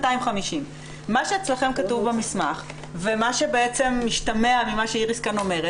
50 250. מה שאצלכם כתוב במסמך ומה שבעצם משתמע ממה שאיריס אומרת,